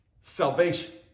Salvation